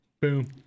boom